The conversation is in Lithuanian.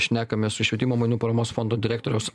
šnekamės su švietimo mainų paramos fondo direktoriaus